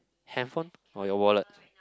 handphone or your wallet